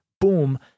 boom